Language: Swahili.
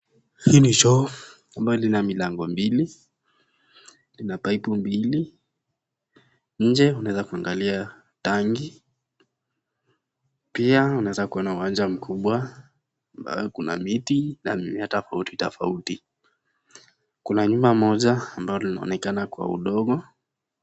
Hii ni choo ambayo lina milango mbili, lina pipu mbili. Nje unaeza kuangalia tangi. Pia unaeza kuona uwanja mkubwa ambao kuna miti na mimea tofauti tofauti. Kuna nyumba moja ambao linaonekana kwa udogo.